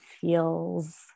feels